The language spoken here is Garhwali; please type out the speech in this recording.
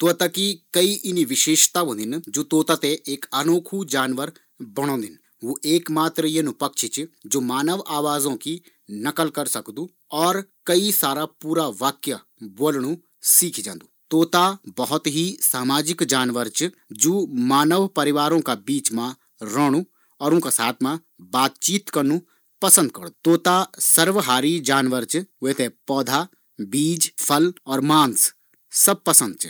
तोता की कई इन्नी विशेषता होदिन जु तोता ते एक अनोखु जानवर बणोंदिन, वू एक मात्र इन्नू जानवर च जु मानव आवाजो की नकल करि सकदु और कई सारा पूरा वाक्य बोलण सीखी सकदु। तोता बहुत ही सामाजिक जानवर च जु मानव परिवारों मा रैणु पसंद करदु।